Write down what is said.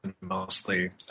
mostly